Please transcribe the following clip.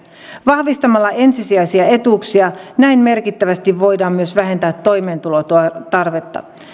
vahvistamalla ensisijaisia etuuksia näin merkittävästi voidaan myös vähentää toimeentulotuen tarvetta